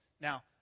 Now